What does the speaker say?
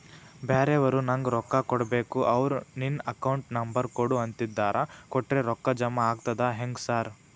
ಬ್ಯಾರೆವರು ನಂಗ್ ರೊಕ್ಕಾ ಕೊಡ್ಬೇಕು ಅವ್ರು ನಿನ್ ಅಕೌಂಟ್ ನಂಬರ್ ಕೊಡು ಅಂತಿದ್ದಾರ ಕೊಟ್ರೆ ರೊಕ್ಕ ಜಮಾ ಆಗ್ತದಾ ಹೆಂಗ್ ಸಾರ್?